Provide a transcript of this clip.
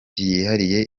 yihariye